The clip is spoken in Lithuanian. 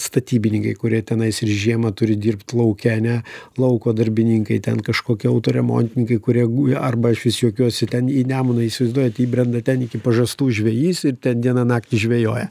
statybininkai kurie tenais ir žiemą turi dirbt lauke ane lauko darbininkai ten kažkokie autoremontininkai kurie guli arba aš vis juokiuosi ten į nemuną įsivaizduojat įbrenda ten iki pažastų žvejys ir ten dieną naktį žvejoja